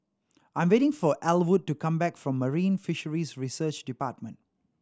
I'm waiting for Elwood to come back from Marine Fisheries Research Department